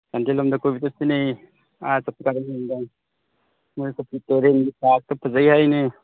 ꯆꯥꯟꯗꯦꯜ ꯂꯣꯝꯗ ꯀꯣꯏꯕ ꯆꯠꯁꯤꯅꯦ ꯑꯥ ꯌꯥꯏꯅꯦ